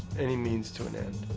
any means to an end.